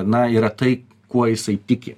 na yra tai kuo jisai tiki